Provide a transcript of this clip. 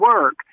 work